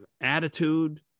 attitude